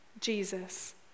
Jesus